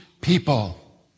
people